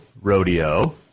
Rodeo